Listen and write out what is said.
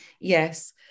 Yes